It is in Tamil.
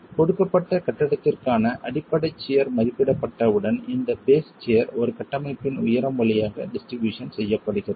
கொடுக்கப்பட்ட கட்டிடத்திற்கான அடிப்படை சியர் மதிப்பிடப்பட்டவுடன் இந்த பேஸ் சியர் ஒரு கட்டமைப்பின் உயரம் வழியாக டிஸ்ட்ரிபியூஷன் செய்யப்படுகிறது